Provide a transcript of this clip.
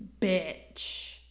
bitch